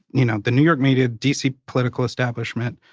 you know, the new york media, dc political establishment,